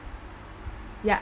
ya